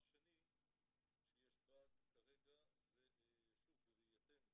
דבר שני שיש באג כרגע זה, שוב, בראייתנו